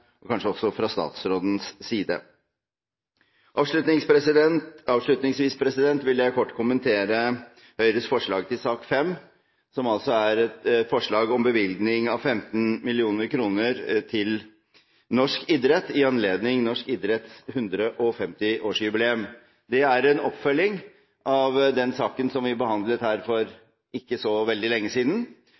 og kanskje også fra statsrådens side. Avslutningsvis vil jeg kort kommentere Høyres forslag til sak nr. 5, som altså er et forslag om bevilgning av 15 mill. kr til norsk idrett i anledning Norges Idrettsforbunds 150 års jubileum. Det er en oppfølging av den saken som vi behandlet her for ikke så veldig lenge siden,